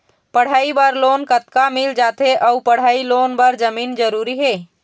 पढ़ई बर लोन कतका मिल जाथे अऊ पढ़ई लोन बर जमीन जरूरी हे?